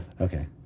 Okay